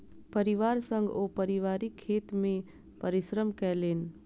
परिवार संग ओ पारिवारिक खेत मे परिश्रम केलैन